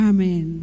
Amen